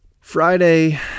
Friday